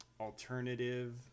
alternative